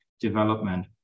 development